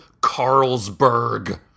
Carlsberg